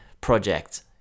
project